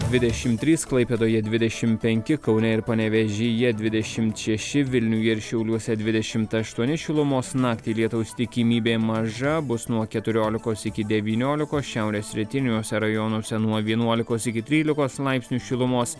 dvidešim trys klaipėdoje dvidešim penki kaune ir panevėžyje dvidešimt šeši vilniuje ir šiauliuose dvidešimt aštuoni šilumos naktį lietaus tikimybė maža bus nuo keturiolikos iki devyniolikos šiaurės rytiniuose rajonuose nuo vienuolikos iki trylikos laipsnių šilumos